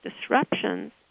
disruptions